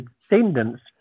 descendants